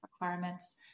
requirements